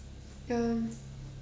um